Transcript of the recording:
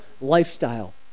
lifestyle